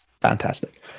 fantastic